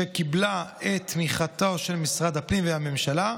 שקיבלה את תמיכתם של משרד הפנים והממשלה.